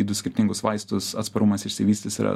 į du skirtingus vaistus atsparumas išsivystys yra